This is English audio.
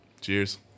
Cheers